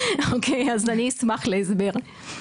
אז אני אשמח להסבר.